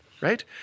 right